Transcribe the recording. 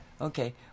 Okay